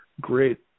great